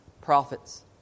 prophets